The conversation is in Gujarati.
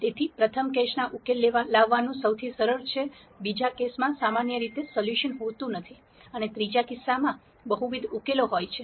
તેથી પ્રથમ કેસનો ઉકેલ લાવવાનું સૌથી સરળ છે બીજા કિસ્સામાં સામાન્ય રીતે સોલ્યુશન હોતું નથી અને ત્રીજા કિસ્સામાં બહુવિધ ઉકેલો હોય છે